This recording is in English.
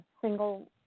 single